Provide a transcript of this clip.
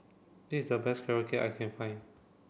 this is the best carrot cake I can find